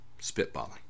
spitballing